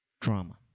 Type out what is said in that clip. drama